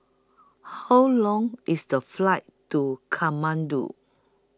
How Long IS The Flight to Kathmandu